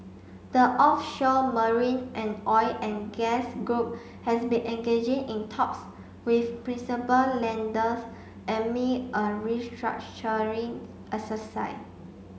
the offshore marine and oil and gas group has been engaging in talks with principal lenders amid a restructuring exercise